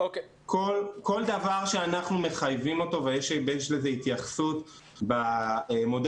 כל דבר שאנחנו מחייבים אותו יש לזה התייחסות במודל